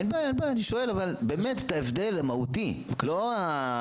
אין בעיה, אני שואל על ההבדל המהותי, לא הדקויות.